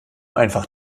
einfach